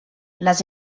les